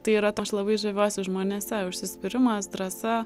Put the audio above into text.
tai yra tuo aš labai žaviuosi žmonėse užsispyrimas drąsa